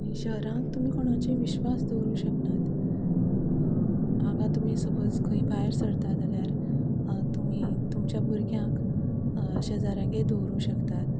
आनी शहरांत तुमी कोणाचेर विशी विस्वास दवरूंक शकनात हांगा तुमी सपोज खंय भायर सरता जाल्यार तुमी तुमच्या भुरग्यांक शेजाऱ्यांगेर दवरूंक शकतात